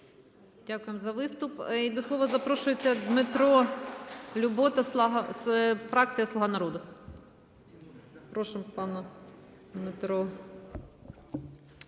дякуємо за виступ. До слова запрошується Дмитро Любота, фракція "Слуга народу".